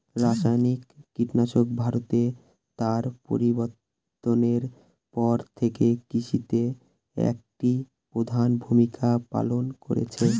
রাসায়নিক কীটনাশক ভারতে তাদের প্রবর্তনের পর থেকে কৃষিতে একটি প্রধান ভূমিকা পালন করেছে